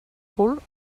cul